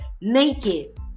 naked